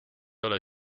ole